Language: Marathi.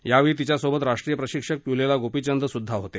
यावेळी तिच्यासोबत राष्ट्रीय प्रशिक्षक पुलेला गोपीचंद सुद्धा होते